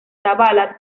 zavala